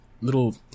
little